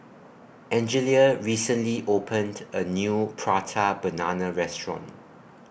Angelia recently opened A New Prata Banana Restaurant